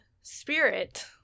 spirit